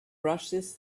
rushes